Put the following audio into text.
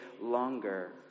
longer